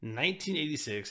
1986